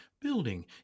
building